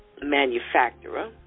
manufacturer